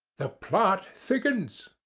the plot thickens.